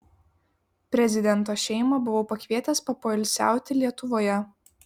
prezidento šeimą buvau pakvietęs papoilsiauti lietuvoje